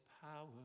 power